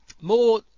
More